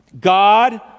God